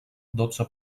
dotze